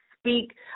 speak